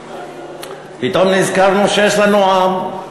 פתאום נזכרנו שיש לנו עם.